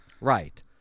Right